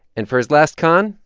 and for his last con,